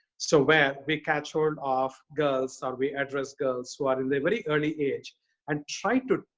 so where we catch hold of girls or we address girls who are in the very early age and try to